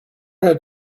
had